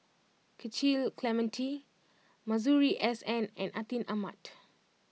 Cecil Clementi Masuri S N and Atin Amat